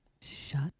Shut